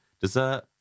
Dessert